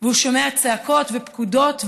והוא שומע צעקות ופקודות,